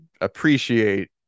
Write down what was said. appreciate